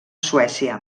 suècia